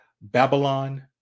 Babylon